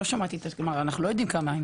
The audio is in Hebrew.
אבל לא שמעתי שאומרים כמה הם.